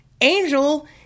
Angel